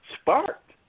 sparked